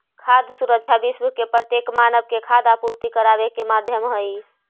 खाद्य सुरक्षा विश्व के प्रत्येक मानव के खाद्य आपूर्ति कराबे के माध्यम हई